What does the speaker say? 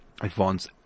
advance